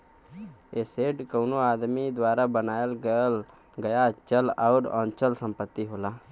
asset कउनो आदमी द्वारा बनाया गया चल आउर अचल संपत्ति होला